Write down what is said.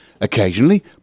Occasionally